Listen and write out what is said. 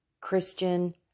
Christian